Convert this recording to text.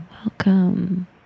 welcome